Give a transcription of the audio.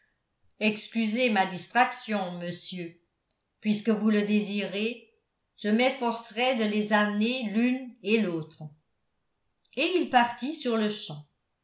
excusez ma distraction monsieur puisque vous le désirez je m'efforcerai de les amener l'une et l'autre et il partit sur le champ